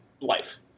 life